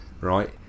right